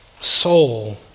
soul